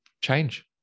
change